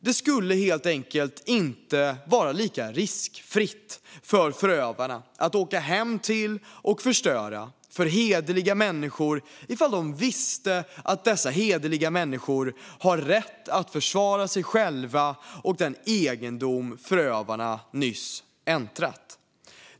Det skulle helt enkelt inte vara lika riskfritt för förövarna att åka hem till, och förstöra, för hederliga människor ifall de visste att dessa hederliga människor har rätt att försvara sig själva och den egendom förövarna nyss angripit.